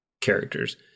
characters